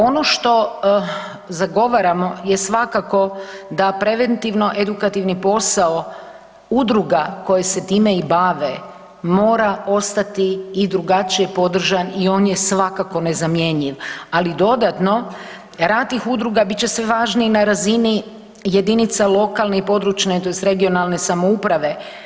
Ono što zagovaramo je svakako da preventivno edukativni posao udruga koje se time i bave mora ostati i drugačije podržan i on je svakako nezamjenjiv ali dodatno rad tih udruga bit će sve važniji na razini jedinica lokalne i područne tj. regionalne samouprave.